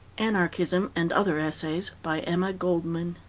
anarchism and other essays, by emma goldman